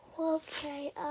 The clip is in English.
Okay